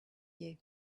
you